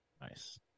Nice